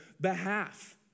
behalf